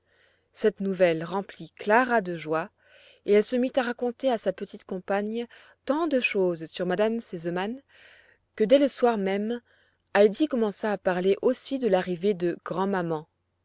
cette nouvelle remplit clara de joie et elle se mit à raconter à sa petite compagne tant de choses sur m me sesemann que dès le soir même heidi commença à parler aussi de l'arrivée de grand maman